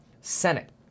Senate